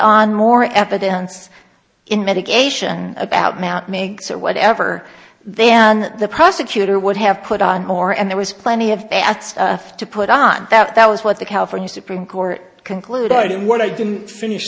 on more evidence in medication about matt makes or whatever then the prosecutor would have put on more and there was plenty of at stuff to put on that that was what the california supreme court concluded and what i didn't finish